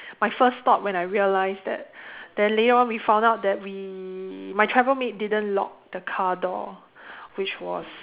my first thought when I realised that then later on we found out that we my travel mate didn't lock the car door which was